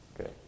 Okay